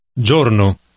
Giorno